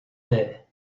there